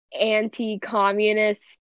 anti-communist